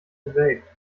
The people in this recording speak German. verwelkt